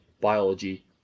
biology